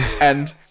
and-